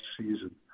season